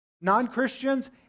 non-Christians